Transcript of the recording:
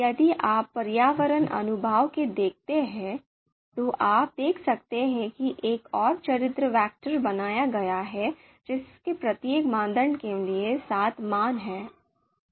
यदि आप पर्यावरण अनुभाग को देखते हैं तो आप देख सकते हैं कि एक और चरित्र वेक्टर बनाया गया है जिसमें प्रत्येक मानदंड के लिए सात मान हैं